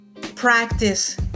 practice